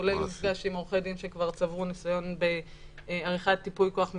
כולל מפגש עם עורכי דין שכבר צברו ניסיון בעריכת ייפוי כוח מתמשך,